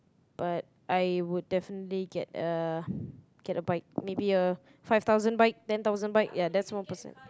but I would definitely get a get a bike maybe a five thousand bike ten thousand bike ya that's one percent